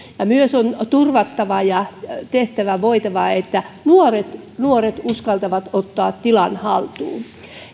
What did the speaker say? myös on turvattava ja täytyy tehdä voitava että nuoret nuoret uskaltavat ottaa tilan haltuun